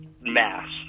mass